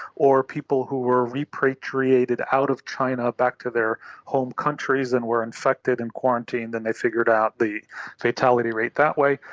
or people who were repatriated out of china back to their home countries and were infected and quarantined and they figured out the fatality rate that way,